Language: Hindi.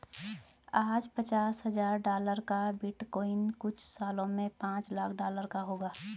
आज पचास हजार डॉलर का बिटकॉइन कुछ सालों में पांच लाख डॉलर का होगा